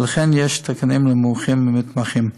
ולכן יש תקנים למומחים ולמתמחים.